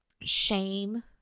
shame